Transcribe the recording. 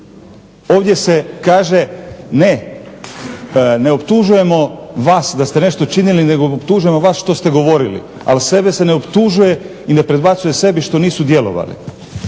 Ovdje se kaže ne, ne optužujemo vas da ste nešto činili, nego optužujemo vas što ste govorili. Ali sebe se ne optužuje i ne predbacuje sebi što nisu djelovali.